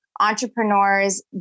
Entrepreneurs